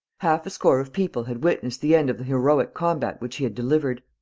half a score of people had witnessed the end of the heroic combat which he had delivered.